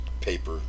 paper